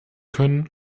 können